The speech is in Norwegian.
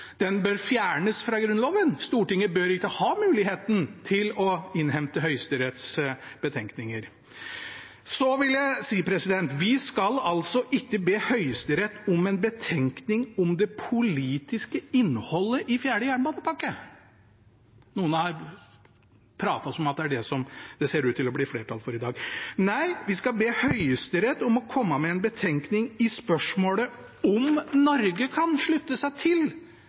den bør fjernes fra Grunnloven, Stortinget bør ikke ha muligheten til å innhente Høyesteretts betenkninger. Så vil jeg si: Vi skal ikke be Høyesterett om en betenkning om det politiske innholdet i fjerde jernbanepakke – noen har pratet som om det er det som det ser ut til å bli flertall for i dag. Nei, vi skal be Høyesterett om å komme med en betenkning i spørsmålet om Norge kan slutte seg til